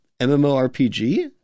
MMORPG